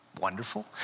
wonderful